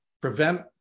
prevent